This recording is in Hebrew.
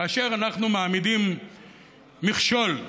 כאשר אנחנו מעמידים מכשול,